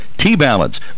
T-Balance